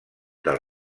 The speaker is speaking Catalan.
del